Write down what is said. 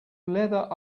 leather